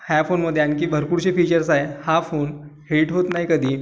ह्या फोनमध्ये आणखी भरपूरसे फीचर्स आहे हा फोन हीट होत नाही कधी